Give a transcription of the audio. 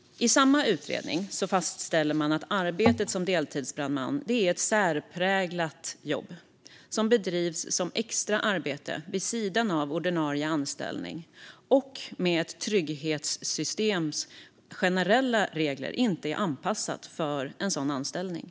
I samma utredning fastställer man att arbetet som deltidsbrandman är ett särpräglat jobb som bedrivs som extra arbete vid sidan av ordinarie anställning och att trygghetssystemens generella regler inte är anpassade till en sådan anställning.